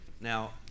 Now